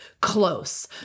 close